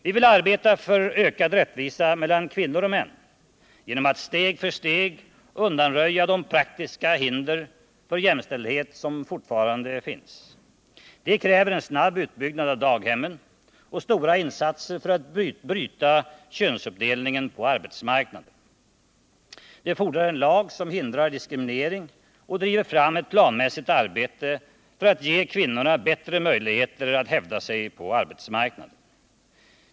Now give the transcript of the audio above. Vi vill arbeta för ökad rättvisa mellan kvinnor och män genom att steg för steg undanröja de praktiska hinder för jämställdhet som fortfarande finns. Det kräver en snabb utbyggnad av daghemmen och stora insatser för att bryta könsuppdelningen på arbetsmarknaden. Det fordrar en lag som hindrar diskriminering och driver fram ett planmässigt arbete för att ge kvinnorna bättre möjligheter att hävda sig på arbetsmarknaden.